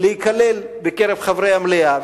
להיכלל בקרב חברי המליאה.